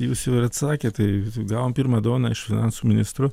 jūs jau ir atsakėt tai gavom pirmą dovaną iš finansų ministro